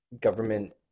government